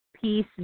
Peace